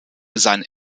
sein